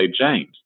James